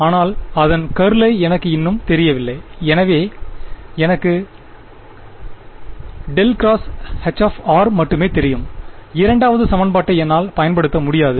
ஆனால் அதன் கர்ளை எனக்கு இன்னும் தெரியவில்லை எனக்கு ∇×H மட்டுமே தெரியும் இரண்டாவது சமன்பாட்டை என்னால் பயன்படுத்த முடியாது